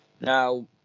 Now